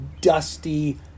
dusty